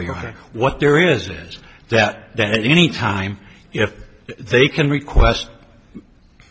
hearing what there is it that then any time if they can request